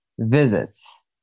visits